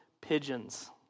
pigeons